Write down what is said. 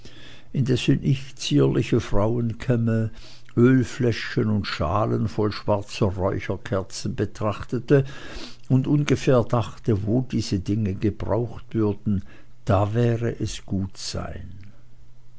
indessen ich zierliche frauenkämme ölfläschchen und schalen voll schwarzer räucherkerzchen betrachtete und ungefähr dachte wo diese dinge gebraucht würden da wäre es gut sein